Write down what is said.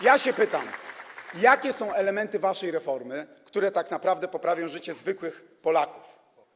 Ja pytam, jakie są elementy waszej reformy, które tak naprawdę poprawią życie zwykłych Polaków.